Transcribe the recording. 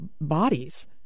bodies